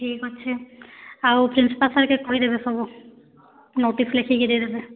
ଠିକ୍ ଅଛେ ଆଉ ପ୍ରିନ୍ସପାଲ୍ ସାର୍କେ କହିଦେବେ ସବୁ ନୋଟିସ୍ ଲେଖିକି ଦେଇଦେବେ